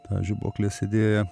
tą žibuoklės idėją